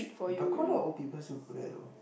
but quite a lot of old people still put there though